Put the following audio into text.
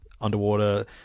Underwater